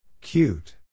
Cute